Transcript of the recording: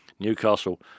Newcastle